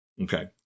okay